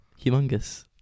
Humongous